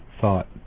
thought